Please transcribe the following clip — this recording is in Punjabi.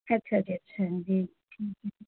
ਅੱਛਾ ਜੀ ਅੱਛਾ ਹਾਂਜੀ ਠੀਕ ਹੈ ਜੀ